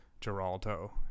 Geraldo